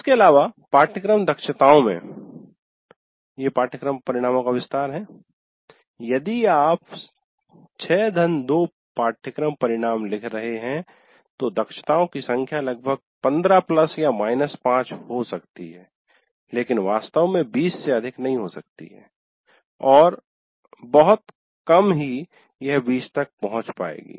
इसके अलावा पाठ्यक्रम दक्षताओं में ये पाठ्यक्रम परिणामों का विस्तार है यदि आप 62 पाठ्यक्रम परिणाम लिख रहे हैं तो दक्षताओं की संख्या लगभग 15 प्लस या माइनस 5 हो सकती है लेकिन वास्तव में 20 से अधिक नहीं हो सकती है और बहुत कम ही यह 20 तक पहुंच जाएगी